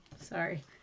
sorry